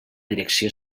direcció